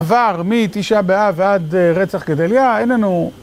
עבר מתשעה באה ועד רצח גדליה, אין לנו...